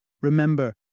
Remember